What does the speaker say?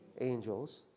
angels